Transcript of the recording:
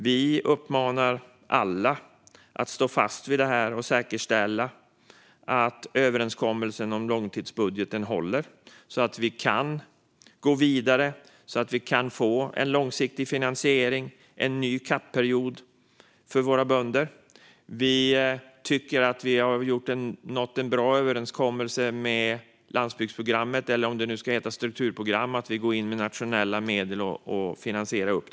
Vi uppmanar alla att stå fast vid kraven och säkerställa att överenskommelsen om långtidsbudgeten håller så att vi kan gå vidare, så att vi kan få en långsiktig finansiering, en ny CAP-period, för våra bönder. Vi tycker att vi har nått en bra överenskommelse gällande landsbygdsprogrammet - eller om det nu ska heta strukturprogram - nämligen att vi går in och finansierar det med nationella medel.